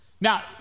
Now